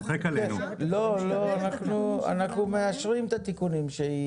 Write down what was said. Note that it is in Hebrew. ( מדברים יחד) אנחנו מאשרים את התיקונים.